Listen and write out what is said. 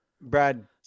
Brad